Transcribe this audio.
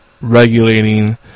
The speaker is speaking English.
regulating